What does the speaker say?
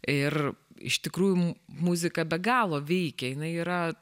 ir iš tikrųjų muzika be galo veikia jinai yra